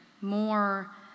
more